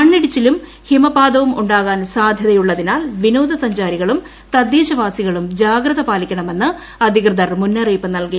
മണ്ണിടിച്ചിലും ഹിമപാതവും ഉണ്ടാകാൻ പ്രിക്ക്ധ്യതയള്ളതിനാൽ വിനോദസഞ്ചാരികളും തദ്ദേശവാസികളും ജാഗ്രത പാലിക്കണമെന്ന് അധികൃതർ മുന്നറിയിപ്പ് നൽകി